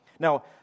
Now